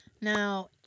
Now